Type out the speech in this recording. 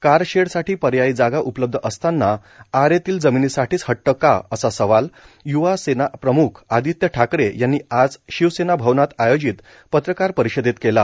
कारशेडसाठी पर्यायी जागा उपलब्ध असताना आरेतील जमीनीसाठीच हट्ट का असा सवाल युवा सेना प्रम्ख आदित्य ठाकरे यांनी आज शिवसेना भवनात आयोजित पत्रकार परिषदेत केला